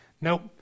nope